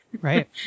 Right